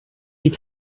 die